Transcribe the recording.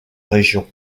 région